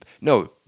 No